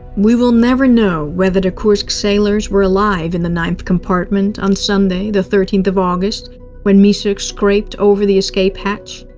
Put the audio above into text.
we will never know whether the kursk sailors were still alive in the ninth compartment on sunday the thirteenth of august when maisak scraped over the escape hatch,